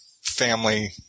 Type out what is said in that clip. family